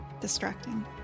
Distracting